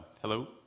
Hello